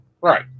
Right